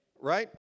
Right